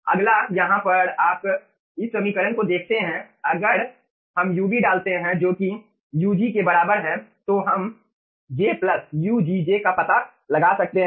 अगला यहाँ पर आप इस समीकरण को देखते हैं अगर हम ub डालते हैं जो कि ug के बराबर है तो हम j प्लस ugj का पता लगा सकते हैं